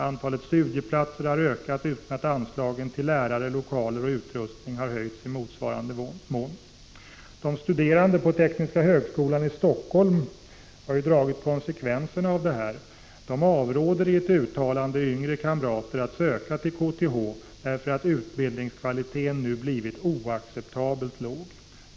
Antalet studieplatser har ökat utan att anslagen till lärare, lokaler och utrustning har höjts i motsvarande mån. De studerande på Tekniska högskolan i Helsingfors har dragit konsekvenserna av detta: De avråder i ett uttalande yngre kamrater från att söka till KTH därför att utbildningskvaliteten nu har blivit oacceptabelt låg.